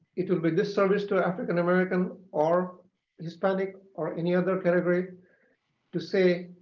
it will be disservice to african-american or hispanic or any other category to say